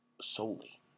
solely